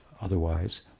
otherwise